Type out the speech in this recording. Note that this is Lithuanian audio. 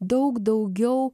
daug daugiau